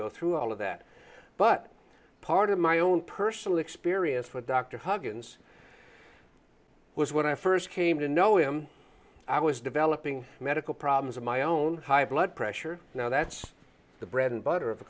go through all of that but part of my own personal experience with dr huggins was when i first came to know him i was developing medical problems of my own high blood pressure now that's the bread and butter of a